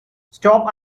stop